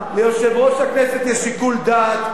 ליושב-ראש הכנסת יש שיקול דעת.